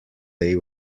they